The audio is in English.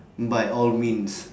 by all means